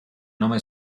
nome